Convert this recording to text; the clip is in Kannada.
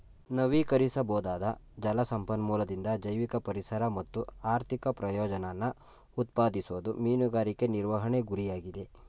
ನವೀಕರಿಸಬೊದಾದ ಜಲ ಸಂಪನ್ಮೂಲದಿಂದ ಜೈವಿಕ ಪರಿಸರ ಮತ್ತು ಆರ್ಥಿಕ ಪ್ರಯೋಜನನ ಉತ್ಪಾದಿಸೋದು ಮೀನುಗಾರಿಕೆ ನಿರ್ವಹಣೆ ಗುರಿಯಾಗಿದೆ